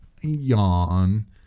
yawn